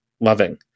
loving